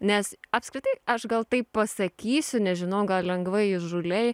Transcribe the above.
nes apskritai aš gal taip pasakysiu nežinau gal lengvai įžūliai